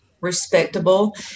respectable